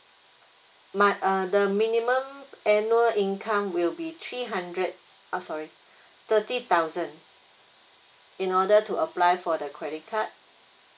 my err the minimum annual income will be three hundred uh sorry thirty thousand in order to apply for the credit card